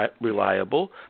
reliable